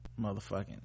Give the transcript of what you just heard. motherfucking